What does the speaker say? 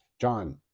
john